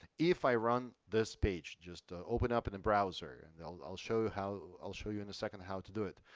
if i run this page, just open up in a and browser and i'll i'll show you how. i'll show you in a second how to do it.